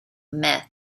myth